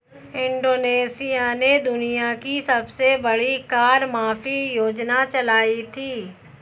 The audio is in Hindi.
इंडोनेशिया ने दुनिया की सबसे बड़ी कर माफी योजना चलाई थी